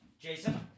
Jason